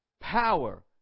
power